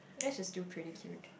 they're just too pretty cute